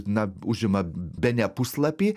na užima bene puslapį